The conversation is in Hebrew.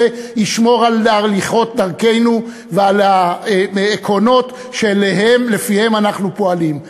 ישמור על הליכות דרכנו ועל העקרונות שלפיהם אנחנו פועלים?